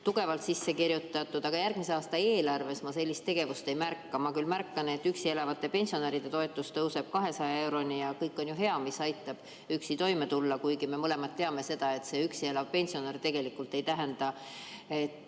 tugevalt sisse kirjutatud, aga järgmise aasta eelarves ma sellist tegevust ei märka. Ma küll märkan, et üksi elavate pensionäride toetus tõuseb 200 euroni. See kõik on hea, mis aitab üksi toime tulla. Kuigi me mõlemad teame, et see üksi elav pensionär tegelikult ei pruugi tähenda, et